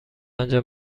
انجام